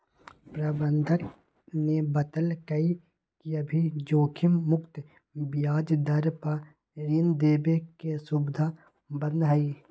प्रबंधक ने बतल कई कि अभी जोखिम मुक्त ब्याज दर पर ऋण देवे के सुविधा बंद हई